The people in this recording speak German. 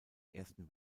ersten